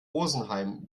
rosenheim